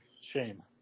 shame